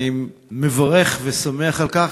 אני מברך ושמח על כך.